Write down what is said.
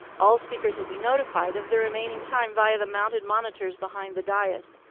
all speakers will be notified of the remaining time via the mounted monitors behind the dais.